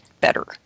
better